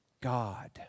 God